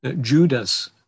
Judas